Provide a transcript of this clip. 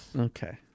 Okay